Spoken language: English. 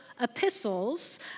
epistles